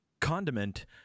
condiment